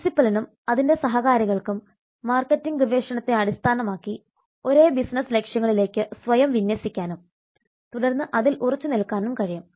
പ്രിൻസിപ്പലിനും അതിന്റെ സഹകാരികൾക്കും മാർക്കറ്റിംഗ് ഗവേഷണത്തെ അടിസ്ഥാനമാക്കി ഒരേ ബിസിനസ്സ് ലക്ഷ്യങ്ങളിലേക്ക് സ്വയം വിന്യസിക്കാനും തുടർന്ന് അതിൽ ഉറച്ചുനിൽക്കാനും കഴിയും